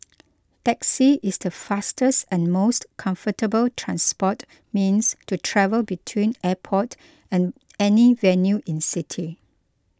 taxi is the fastest and most comfortable transport means to travel between airport and any venue in city